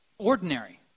ordinary